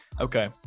okay